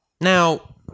Now